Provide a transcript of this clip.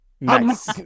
Nice